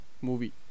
movie